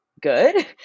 good